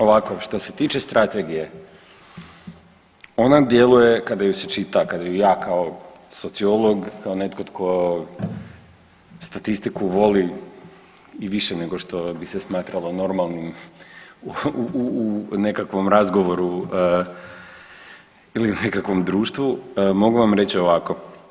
Ovako, što se tiče strategije ona djeluje kada ju se čita, kada ju ja kao sociolog, kao netko tko statistiku voli i više nego što bi se smatralo normalnim u nekakvom razgovoru ili u nekakvom društvu mogu vam reći ovako.